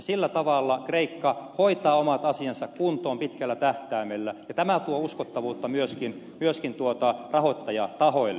sillä tavalla kreikka hoitaa omat asiansa kuntoon pitkällä tähtäimellä ja tämä tuo uskottavuutta myöskin rahoittajatahoille